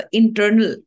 internal